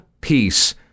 peace